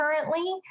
currently